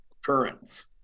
occurrence